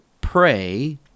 pray